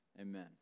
amen